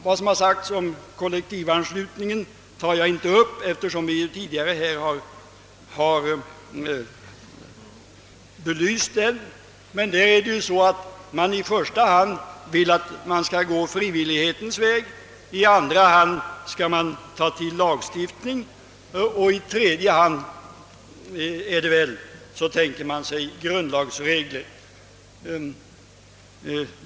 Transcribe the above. Vad kollektivanslutningen angår skall jag inte ta upp den frågan nu, eftersom den ju tidigare har blivit belyst. I första hand vill motionärerna där gå frivillighetens väg, i andra hand lagstiftningens, och först i tredje hand tänker de sig grundlagsregler.